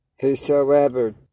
Whosoever